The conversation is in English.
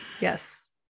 yes